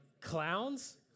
Clowns